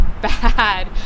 bad